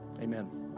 Amen